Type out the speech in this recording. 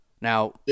Now